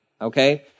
Okay